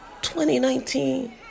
2019